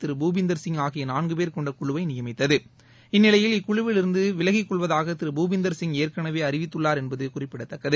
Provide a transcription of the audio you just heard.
திரு பூபிந்தர் சிங் ஆகிய நான்கு பேர் கொண்ட குழுவை நியமித்தது இந்நிலையில் இக்குழுவிலிருந்து விலகிக்கொள்வதாக சிங் ஏற்கெனவே திரு பூபிந்தர் அறிவித்துள்ளார் என்பது குறிப்பிடத்தக்கது